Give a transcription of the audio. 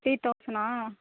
three தௌசணா